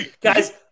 Guys